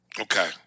Okay